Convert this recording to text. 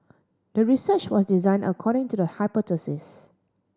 the research was designed according to the hypothesis